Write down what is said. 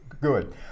good